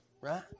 right